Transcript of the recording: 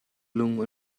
lung